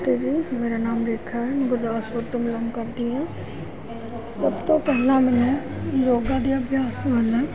ਅਤੇ ਜੀ ਮੇਰਾ ਨਾਮ ਰੇਖਾ ਹੈ ਗੁਰਦਾਸਪੁਰ ਤੋਂ ਬਿਲੋਂਗ ਕਰਦੀ ਹਾਂ ਸਭ ਤੋਂ ਪਹਿਲਾਂ ਮੈਨੂੰ ਯੋਗਾ ਦੇ ਅਭਿਆਸ ਵਾਲਾ